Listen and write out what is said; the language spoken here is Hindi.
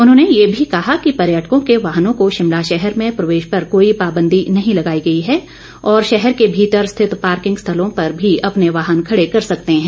उन्होंने यह भी कहा कि पर्यटकों के वाहनों को शिमला शहर में प्रवेश पर कोई पाबंदी नहीं लगाई गई है और शहर के भीतर स्थित पार्किंग स्थलों पर भी अपने वाहन खड़े कर सकते हैं